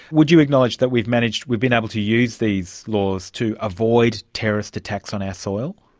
would you acknowledge that we've managed, we've been able to use these laws to avoid terrorist attacks on our soil?